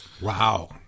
Wow